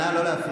נא לא להפריע.